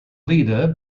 leader